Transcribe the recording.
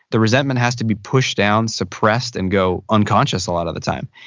the resentment has to be pushed down, suppressed and go unconscious a lot of the time.